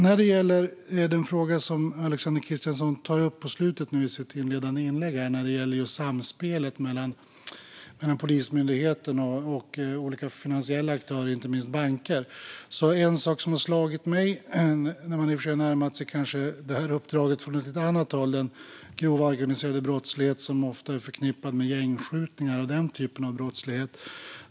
När det gäller den fråga som Alexander Christiansson tog upp i slutet av sitt inledande inlägg, samspelet mellan Polismyndigheten och olika finansiella aktörer, inte minst banker, är det en sak som har slagit mig. Man har kanske försökt närma sig detta uppdrag från ett annat håll än den grova organiserade brottslighet som ofta är förknippad med gängskjutningar och den typen av brottslighet.